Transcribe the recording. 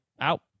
out